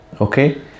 Okay